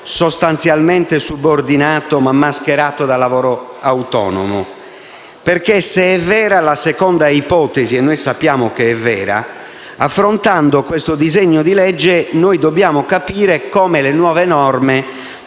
sostanzialmente subordinato ma mascherato da lavoro autonomo? Perché, se è vera la seconda ipotesi (e noi sappiamo che è vera), affrontando questo disegno di legge, dobbiamo capire come le nuove norme